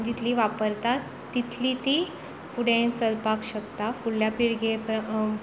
जितली वापरतात तितली ती फुडें चलपाक शकता फुडल्या पिळगेक